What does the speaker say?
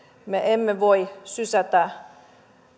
me emme voi sysätä